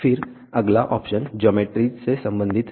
फिर अगला option geometries से संबंधित है